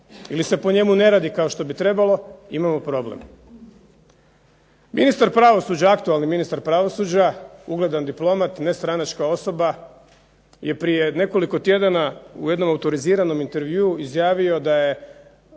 ili se po njemu ne radi kao što bi trebalo imamo problem.